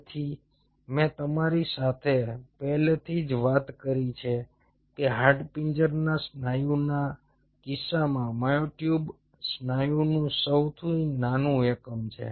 તેથી મેં તમારી સાથે પહેલેથી જ વાત કરી છે કે હાડપિંજરના સ્નાયુના કિસ્સામાં મ્યોટ્યુબ સ્નાયુનું સૌથી નાનું એકમ છે